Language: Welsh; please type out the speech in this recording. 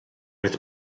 oedd